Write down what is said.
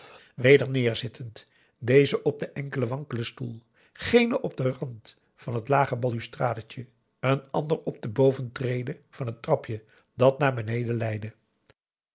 weder neerzittend deze op den enkelen wankelen stoel gene op den rand van het lage balustradetje een ander op de boventrede van het trapje dat naar beneden leidde